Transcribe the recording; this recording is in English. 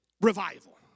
revival